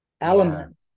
element